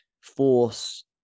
force